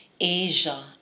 Asia